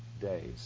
days